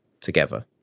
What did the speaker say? together